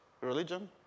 religion